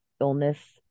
illness